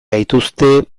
gaituzte